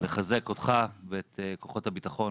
לחזק אותך ואת כוחות הביטחון